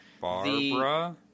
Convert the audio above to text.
Barbara